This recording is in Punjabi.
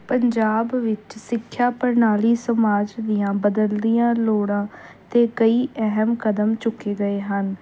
ਪੰਜਾਬ ਵਿੱਚ ਸਿੱਖਿਆ ਪ੍ਰਣਾਲੀ ਸਮਾਜ ਦੀਆਂ ਬਦਲਦੀਆਂ ਲੋੜਾਂ 'ਤੇ ਕਈ ਅਹਿਮ ਕਦਮ ਚੁੱਕੇ ਗਏ ਹਨ